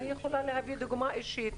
אני יכולה להביא דוגמה אישית: